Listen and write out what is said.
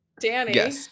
Danny